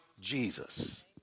Jesus